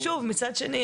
אבל מצד שני,